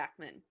Backman